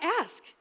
ask